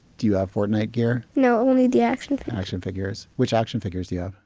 do you have fortnight gear? no. only the action action figures. which action figures? yeah